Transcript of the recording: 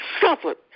suffered